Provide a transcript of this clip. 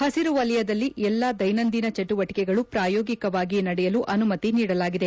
ಹಸಿರು ವಲಯದಲ್ಲಿ ಎಲ್ಲಾ ದೈನಂದಿನ ಚಟುವಟಿಕೆಗಳು ಪ್ರಾಯೋಗಿಕವಾಗಿ ನಡೆಯಲು ಅನುಮತಿ ನೀಡಲಾಗಿದೆ